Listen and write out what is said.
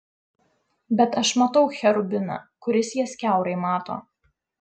bet aš matau cherubiną kuris jas kiaurai mato